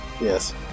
Yes